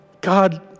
God